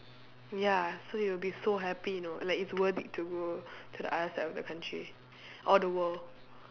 ya so you'll be so happy you know like it's worth it to go to the other side of the country or the world